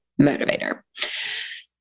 motivator